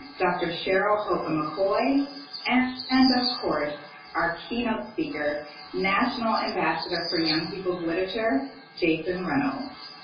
dr. cheryl holcomb-mccoy and of course our keynote speaker national ambassador for young people's literature jason reynolds.